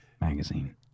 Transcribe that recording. Magazine